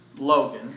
Logan